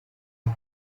aux